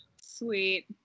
sweet